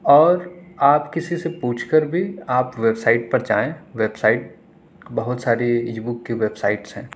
اور آپ کسی سے پوچھ کر بھی آپ ویبسائٹ پر جائیں ویبسائٹ بہت ساری ای بک کی ویبسائٹس ہیں